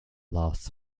lasts